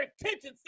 attention